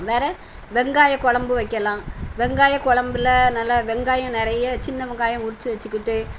வேறு வெங்காய கொழம்பு வைக்கலாம் வெங்காய கொழம்புல நல்லா வெங்காயம் நிறைய சின்ன வெங்காயம் உறித்து வைச்சுக்கிட்டு